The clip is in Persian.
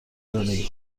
زندگی